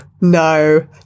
no